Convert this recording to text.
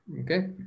okay